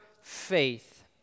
faith